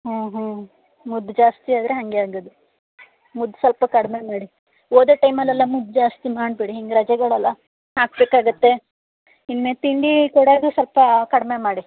ಹ್ಞೂ ಹ್ಞೂ ಮುದ್ದು ಜಾಸ್ತಿ ಆದರೆ ಹಾಗೆ ಆಗೋದು ಮುದ್ದು ಸ್ವಲ್ಪ ಕಡಿಮೆ ಮಾಡಿ ಓದೋ ಟೈಮಲ್ಲೆಲ್ಲ ಮುದ್ದು ಜಾಸ್ತಿ ಮಾಡಬೇಡಿ ಹಿಂಗೆ ರಜೆಗಳೆಲ್ಲ ಹಾಕ್ಬೇಕಾಗುತ್ತೆ ಇನ್ಮೇಲೆ ತಿಂಡಿ ಕೊಡೋದು ಸ್ವಲ್ಪ ಕಡಿಮೆ ಮಾಡಿ